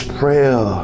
prayer